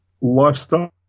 lifestyle